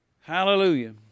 Hallelujah